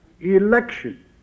election